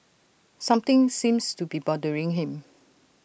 something seems to be bothering him